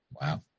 Wow